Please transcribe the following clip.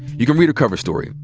you can read her cover story,